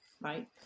right